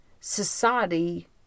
society